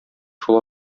шул